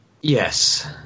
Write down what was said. Yes